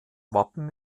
wappen